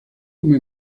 como